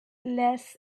les